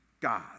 God